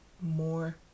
more